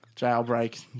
jailbreak